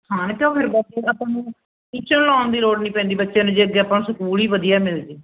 ਹਾਂ ਕਿਓਂ ਫਿਰ ਬਸ ਆਪਾਂ ਨੂੰ ਟਿਊਸ਼ਨ ਲਾਉਣ ਦੀ ਲੋੜ ਨਹੀਂ ਪੈਂਦੀ ਬੱਚੇ ਨੂੰ ਜੇ ਅੱਗੇ ਆਪਾਂ ਨੂੰ ਸਕੂਲ ਹੀ ਵਧੀਆ ਮਿਲ ਜਾਵੇ